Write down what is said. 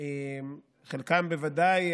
חלקם בוודאי,